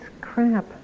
crap